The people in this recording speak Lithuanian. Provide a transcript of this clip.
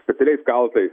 specialiais kaltais